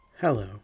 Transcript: Hello